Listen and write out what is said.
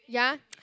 ya